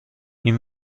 این